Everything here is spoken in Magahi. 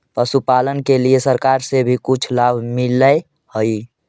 पशुपालन के लिए सरकार से भी कुछ लाभ मिलै हई?